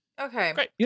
okay